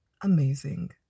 amazing